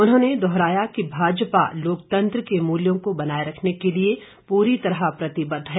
उन्होंने दोहराया कि भाजपा लोकतंत्र के मूल्यों को बनाये रखने के लिए पूरी तरह प्रतिबद्ध है